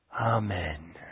Amen